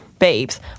babes